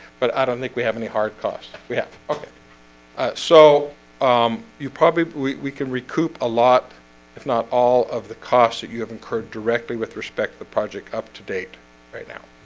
but i don't think we have any hard cost we have okay so um you probably but we we can recoup a lot if not, all of the cost that you have incurred directly with respect to the project up to date right now